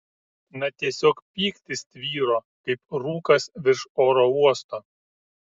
na tiesiog pyktis tvyro kaip rūkas virš oro uosto